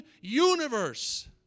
universe